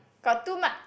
got two mark